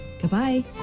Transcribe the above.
Goodbye